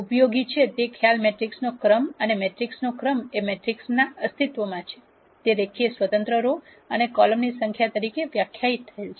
ઉપયોગી છે તે ખ્યાલ મેટ્રિક્સનો ક્રમ છે અને મેટ્રિક્સનો ક્રમ એ મેટ્રિક્સમાં અસ્તિત્વમાં છે તે રેખીય સ્વતંત્ર રો અથવા કોલમ ની સંખ્યા તરીકે વ્યાખ્યાયિત થયેલ છે